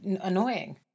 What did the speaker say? Annoying